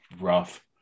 rough